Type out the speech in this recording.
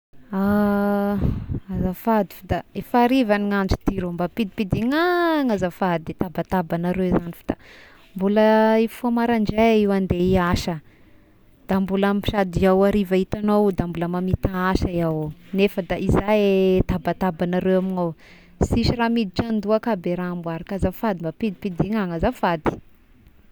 Azafady fy da efa hariva ny andro ty rô mba ampidimpigno agny azafady tabatabagnareo ignany fy da mbola hifoha maraindray ho andeha hiasa, da mbola sady iaho hitagnao io da mbola mamita asa iaho, nefa da izay eh tabatabagnareo amignao sihy raha miditra an-dohako aby raha amboariko azafady mba ampidimpidigno agny azafady.